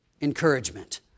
encouragement